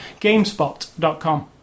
Gamespot.com